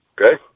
okay